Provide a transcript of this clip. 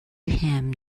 him